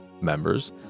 members